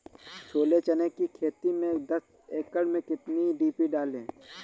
छोले चने की खेती में दस एकड़ में कितनी डी.पी डालें?